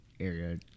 area